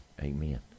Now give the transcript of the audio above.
amen